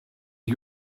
you